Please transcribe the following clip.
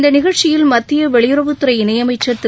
இந்த நிகழ்ச்சியில் மத்திய வெளியுறவுத்துறை இணையமைச்சர் திரு